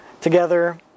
together